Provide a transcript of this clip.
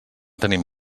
tenim